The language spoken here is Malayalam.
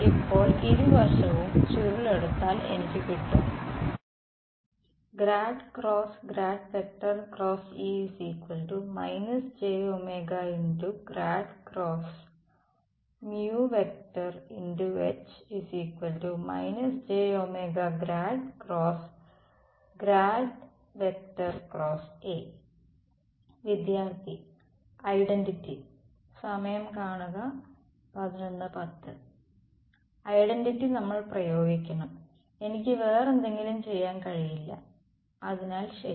ഇപ്പോൾ ഇരുവശവും ചുരുൾ എടുത്താൽ എനിക്ക് കിട്ടും വിദ്യാർത്ഥി ഐഡന്റിറ്റി ഐഡന്റിറ്റി നമ്മൾ പ്രയോഗിക്കണം എനിക്ക് വേറെന്തെങ്കിലുo ചെയ്യാൻ കഴിയില്ലേ അതിനാൽ ശരി